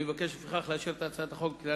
אני מבקש לפיכך לאשר את הצעת החוק בקריאה